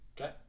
Okay